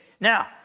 Now